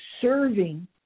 serving